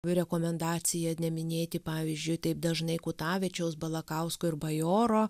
rekomendacija neminėti pavyzdžiui taip dažnai kutavičiaus balakausko ir bajoro